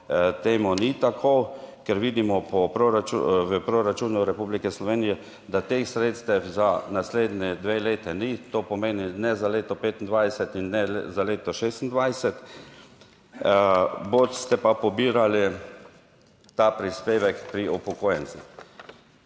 temu ni tako, ker vidimo po proračunu, v proračunu Republike Slovenije, da teh sredstev za naslednji dve leti ni, to pomeni, ne za leto 2025 in ne za leto 2026, boste pa pobirali ta prispevek pri upokojencih.